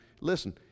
listen